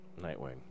Nightwing